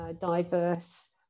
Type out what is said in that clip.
diverse